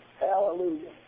hallelujah